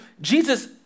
Jesus